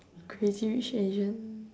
crazy rich asian